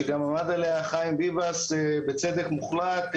שגם עמד עליה חיים ביבס בצדק מוחלט,